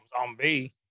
Zombie